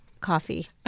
coffee